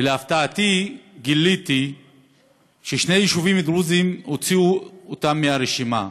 ולהפתעתי גיליתי ששני יישובים דרוזיים הוציאו מהרשימה,